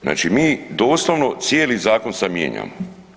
Znači mi doslovno cijeli zakon sad mijenjamo.